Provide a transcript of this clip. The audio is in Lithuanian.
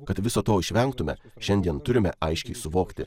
kad viso to išvengtume šiandien turime aiškiai suvokti